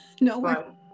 No